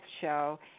show